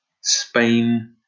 Spain